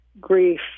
grief